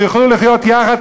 שיוכלו לחיות יחד,